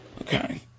Okay